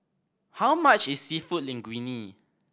how much is Seafood Linguine